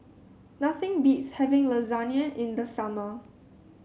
nothing beats having Lasagna in the summer